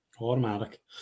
Automatic